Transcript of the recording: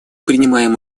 принимаем